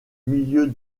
milieu